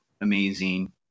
amazing